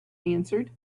answered